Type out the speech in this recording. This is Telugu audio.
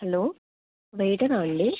హలో వెయిటరా అండి